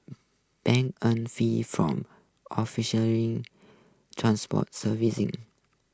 banks on fees from offering transport services